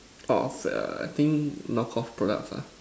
off err I think knock off products ah